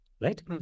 right